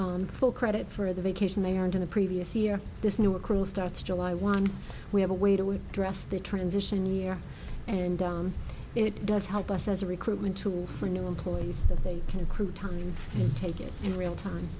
on full credit for the vacation they aren't in the previous year this new accruals starts july one we have a way to we dress the transition year and down it does help us as a recruitment tool for new employees that they can accrue time and take it in real time